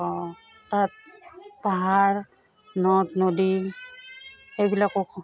অঁ তাত পাহাৰ নদ নদী সেইবিলাকো